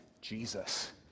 Jesus